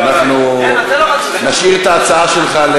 אז שיפסיקו להפריע.